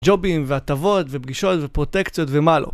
ג'ובים, והטבות, ופגישות, ופרוטקציות, ומה לא.